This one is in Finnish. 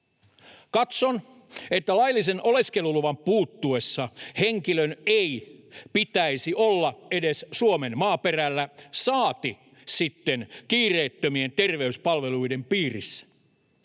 Katson, että laillisen oleskeluluvan puuttuessa henkilön ei pitäisi olla edes Suomen maaperällä, saati sitten kiireettömien terveyspalveluiden piirissä.